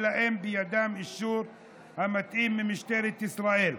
אלא אם כן בידם אישור מתאים ממשטרת ישראל.